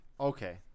Okay